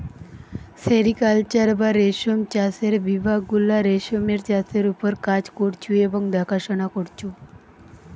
sericulture বা রেশম চাষের বিভাগ গুলা রেশমের চাষের ওপর কাজ করঢু এবং দেখাশোনা করঢু